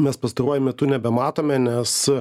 mes pastaruoju metu nebematome nes